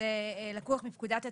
שזה לקוח מפקודת התעבורה,